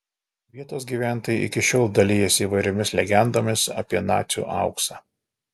vietos gyventojai iki šiol dalijasi įvairiomis legendomis apie nacių auksą